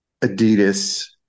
Adidas